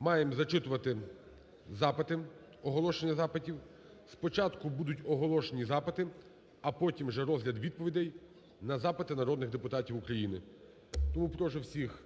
маємо зачитувати запити, оголошення запитів. Спочатку будуть оголошені запити, а потім вже розгляд відповідей на запити народних депутатів України. Тому прошу всіх